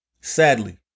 Sadly